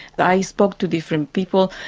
i spoke to different people,